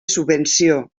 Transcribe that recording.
subvenció